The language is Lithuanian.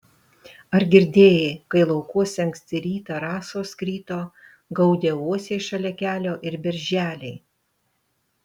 ar girdėjai kai laukuose anksti rytą rasos krito gaudė uosiai šalia kelio ir berželiai